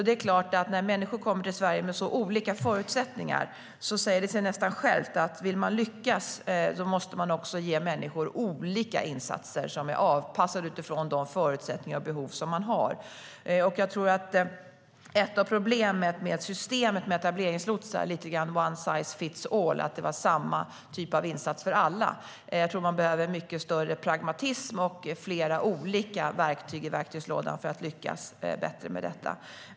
Det är klart att när människor kommer till Sverige med så olika förutsättningar säger det sig nästan självt att om man vill lyckas måste man också ge människor olika insatser som är avpassade utifrån de förutsättningar och behov som dessa personer har. Ett av problemen med systemet med etableringslotsar var att det var samma typ av insatser för alla - one size fits all. Jag tror att man behöver mycket större pragmatism och flera olika verktyg i verktygslådan för att lyckas bättre med detta.